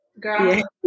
girl